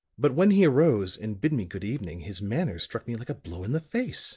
but when he arose and bid me good evening his manner struck me like a blow in the face